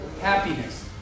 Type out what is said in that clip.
happiness